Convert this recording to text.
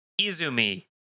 Izumi